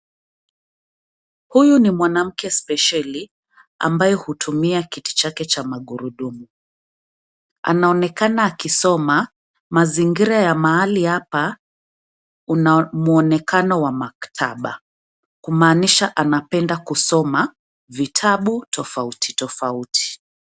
Huyu ni mwanamke spesheli, ambaye hutumia kiti chake cha magurudumu. Anaonekana akisoma, mazingira ya mahali hapa una mwonekano wa maktaba. Kumaanisha anapenda kusoma vitabu tofauti tofauti.